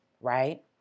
right